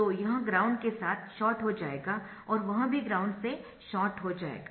तो यह ग्राउंड से शॉर्ट हो जाएगा और वह भी ग्राउंड से शॉर्ट हो जाएगा